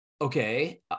okay